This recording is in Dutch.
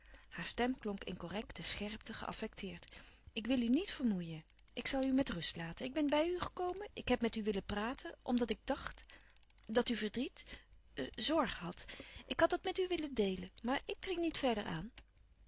stem klonk in correcte scherpte geaffecteerd ik wil u niet vermoeien ik zal u met rust laten ik ben bij u gekomen ik heb met u willen praten omdat ik dacht dat u verdriet zorg had ik had dat met u willen deelen maar ik dring niet verder aan